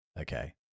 Okay